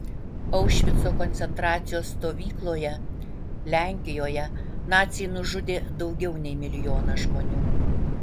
aušvico koncentracijos stovykloje lenkijoje naciai nužudė daugiau nei milijoną žmonių